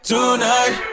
Tonight